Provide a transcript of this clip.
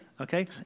Okay